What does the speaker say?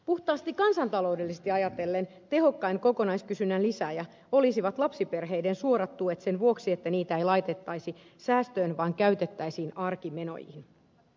puhtaasti kansantaloudellisesti ajatellen tehokkain kokonaiskysynnän lisääjä olisivat lapsiperheiden suorat tuet sen vuoksi että niitä ei laitettaisi säästöön vaan käytettäisiin arkimenoihin